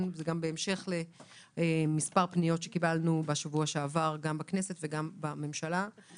בהמשך לגבי מספר פניות שקבלנו בשבוע שעבר בכנסת ובממשלה.